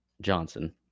Johnson